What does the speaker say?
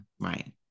right